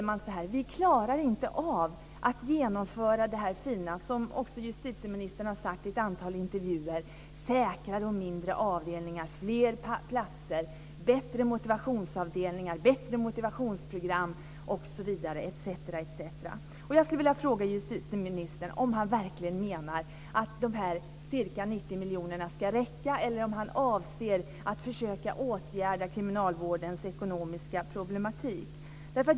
Man säger: Vi klarar inte av att genomföra det fina som också justitieministern har sagt i ett antal intervjuer: säkrare och mindre avdelningar, fler platser, bättre motivationsavdelningar, bättre motivationsprogram, etc. Jag skulle vilja fråga justitieministern om han verkligen menar att de ca 90 miljonerna ska räcka eller om han avser att försöka åtgärda kriminalvårdens ekonomiska problematik.